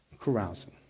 carousing